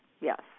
Yes